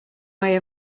way